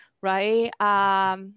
right